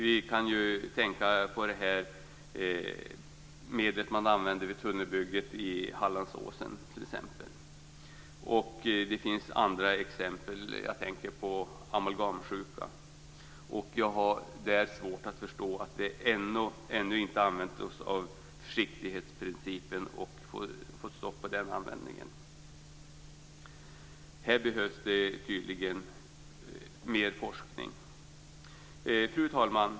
Vi kan ju tänka på exempelvis det medel som man använde vid tunnelbygget i Hallandsåsen. Det finns också andra exempel, som amalgamsjuka. Jag har svårt att förstå att vi ännu inte använt oss av försiktighetsprincipen och fått stopp på användningen av amalgam. Här behövs det tydligen mer forskning. Fru talman!